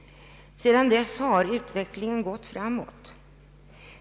Sedan dess har utvecklingen gått framåt.